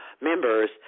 members